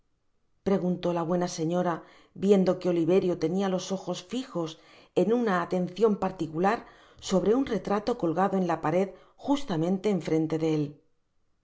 preguntó la buena señora viendo que oliverio tenia los ojos fijos con una atencion particular sobre un retrato colgado en la pared justamente frente de ék